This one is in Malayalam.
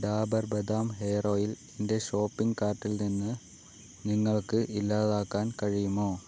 ഡാബർ ബദാം ഹെയർ ഓയിൽ എന്റെ ഷോപ്പിംഗ് കാർട്ടിൽ നിന്ന് നിങ്ങൾക്ക് ഇല്ലാതാക്കാൻ കഴിയുമോ